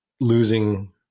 losing